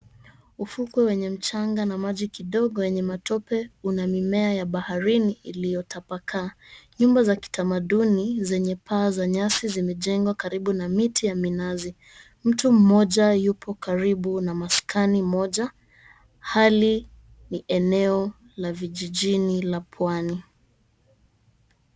Ufukwe wenye mchanga na maji kidogo yenye matope una mimea ya baharini iliyotapakaa. Nyumba za kitamaduni zenye paa za nyasi zimejengwa karibu na miti ya minazi. Mtu mmoja yupo karibu na maskani moja, hali ni eneo la vijijini la pwani.